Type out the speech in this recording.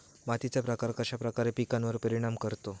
मातीचा प्रकार कश्याप्रकारे पिकांवर परिणाम करतो?